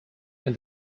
when